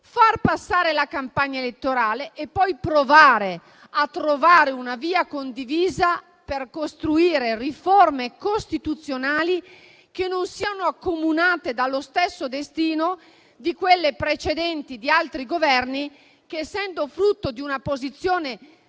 far passare la campagna elettorale e, poi, provare a trovare una via condivisa per costruire riforme costituzionali che non siano accomunate dallo stesso destino di quelle precedenti di altri Governi che, essendo frutto di una posizione